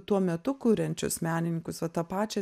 tuo metu kuriančius menininkus va tą pačią